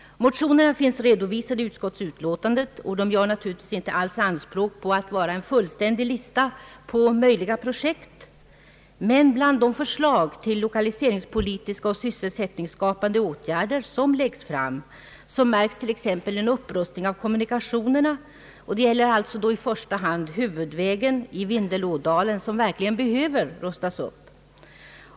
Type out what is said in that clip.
Motionerna finns redovisade i utskottsutlåtandet, och de gör naturligtvis inte alls anspråk på att vara en fullständig lista på möjliga projekt. Bland de förslag till lokaliseringspolitiska och sysselsättningsskapande åtgärder som läggs fram märks upprustning av kommunikationerna, i första hand av huvudvägen i Vindelådalen, som verkligen behöver rustas upp.